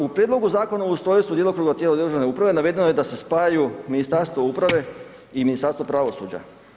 U prijedlogu Zakona o ustrojstva djelokruga tijela državne uprave navedeno je da se spajaju Ministarstvo uprave i Ministarstvo pravosuđa.